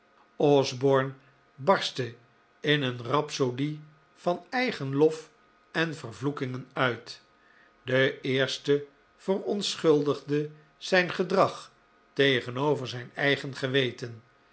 osborne barstte in een rhapsodie van eigen lof en vervloekingen uit de eerste verontschuldigde zijn gedrag tegenover zijn eigen geweten